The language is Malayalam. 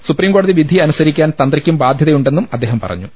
സുപ്രീംകോടതി വിധി അനുസരിക്കാൻ തന്ത്രിക്കും ബാധൃത യുണ്ടെന്നും അദ്ദേഹം പറഞ്ഞു